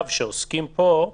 זה לא רק מבחינת זיהום האוויר,